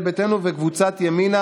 ניסיתי לגשש לעזרה עם בכירים ידידותיים,